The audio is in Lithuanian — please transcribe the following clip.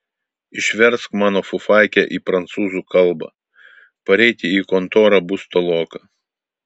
išversk mano fufaikę į prancūzų kalbą pareiti į kontorą bus toloka